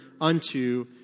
unto